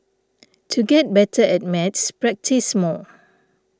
to get better at maths practise more